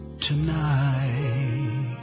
tonight